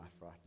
right